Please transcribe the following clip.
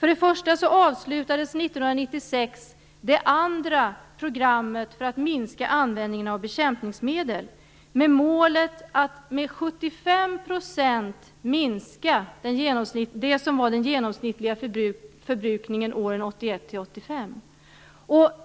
För det första avslutades 1996 det andra programmet för att minska användningen av bekämpningsmedel. Målet var att minska den genomsnittliga förbrukningen åren 1981-1985 med 75 %.